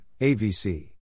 AVC